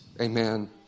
Amen